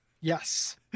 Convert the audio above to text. Yes